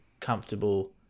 comfortable